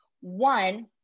One